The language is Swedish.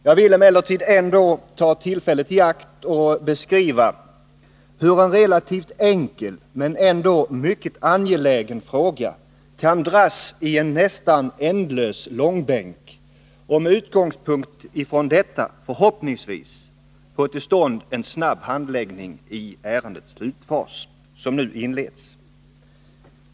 Jag vill emellertid ändå ta tillfället i akt och beskriva hur en relativt enkel men ändå mycket angelägen fråga kan dras i en nästan ändlös långbänk och med utgångspunkt från detta förhoppningsvis få till stånd en snabb handläggning i ärendets slutfas, som nu inleds.